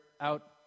out